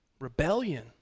rebellion